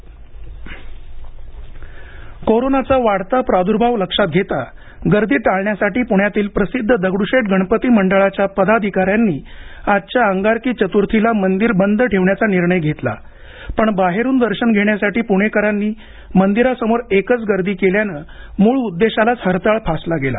मंदिर बंद कोरोनाचा वाढता प्राद्भाव लक्षात घेता गर्दी टाळण्यासाठी पुण्यातील प्रसिद्ध दगडूशेट गणपती मंडळाच्या पदाधिकाऱ्यांनी आजच्या अंगारकी चतुर्थीला मंदिर बंद ठेवण्याचा निर्णय घेतला पण बाहेरून दर्शन घेण्यासाठी पुणेकरांनी मंदिरासमोर एकच गर्दी केल्यानं मूळ उद्देशालाच हरताळ फासला गेला